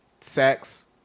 sex